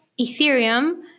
Ethereum